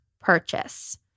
purchase